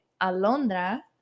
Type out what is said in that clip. Alondra